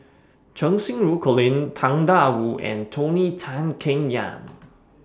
Cheng Xinru Colin Tang DA Wu and Tony Tan Keng Yam